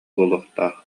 буолуохтаах